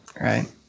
Right